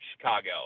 Chicago